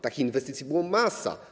Takich inwestycji była masa.